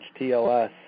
TLS